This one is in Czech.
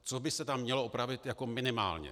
Co by se tam mělo opravit minimálně.